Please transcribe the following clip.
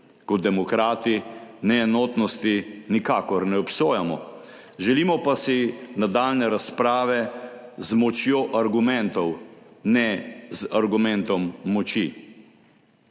Kot demokrati neenotnosti nikakor ne obsojamo, želimo pa si nadaljnje razprave z močjo argumentov, ne z argumentom moči.